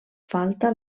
falta